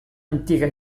antiga